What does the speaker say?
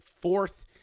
fourth